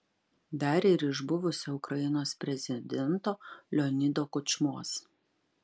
dar ir iš buvusio ukrainos prezidento leonido kučmos